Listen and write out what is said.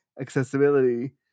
accessibility